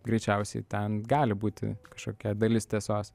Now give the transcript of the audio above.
greičiausiai ten gali būti kažkokia dalis tiesos